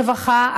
רווחה,